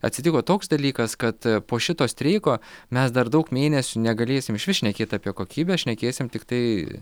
atsitiko toks dalykas kad po šito streiko mes dar daug mėnesių negalėsim išvis šnekėt apie kokybę šnekėsim tiktai